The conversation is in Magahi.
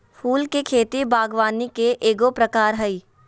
फूल के खेती बागवानी के एगो प्रकार हइ